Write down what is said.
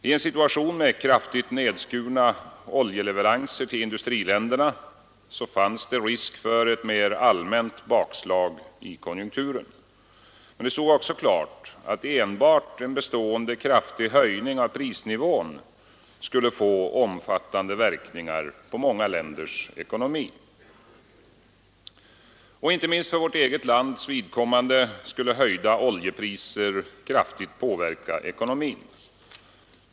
I en situation med kraftigt nedskurna oljeleveranser till industriländerna fanns det risk för ett mer allmänt bakslag i konjunkturen. Men det stod också klart att enbart en bestående kraftig höjning av prisnivån skulle få omfattande verkningar på många länders ekonomi. Inte minst för vårt eget lands vidkommande skulle höjda oljepriser kraftigt påverka ekonomin.